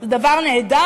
זה דבר נהדר.